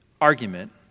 argument